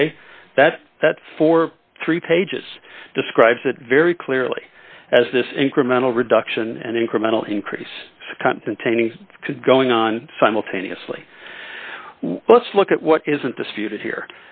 way that for three pages describes it very clearly as this incremental reduction and incremental increase containing going on simultaneously let's look at what isn't disputed